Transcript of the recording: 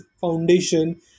foundation